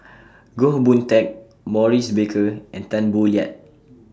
Goh Boon Teck Maurice Baker and Tan Boo Liat